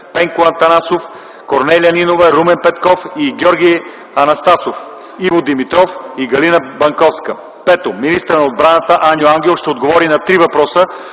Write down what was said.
Пенко Атанасов, Корнелия Нинова, Румен Петков и Георги Анастасов, Иво Димитров и Галина Банковска. 5. Министърът на отбраната Аню Ангелов ще отговори на три въпроса